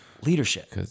Leadership